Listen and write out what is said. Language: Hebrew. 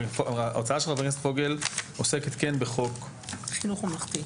הכנסת פוגל עוסקת כן בחוק חינוך ממלכתי.